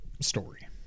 story